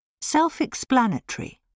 Self-explanatory